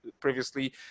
previously